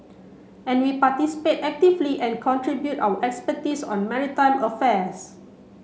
and we participate actively and contribute our expertise on maritime affairs